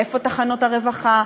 איפה תחנות הרווחה,